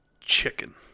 chicken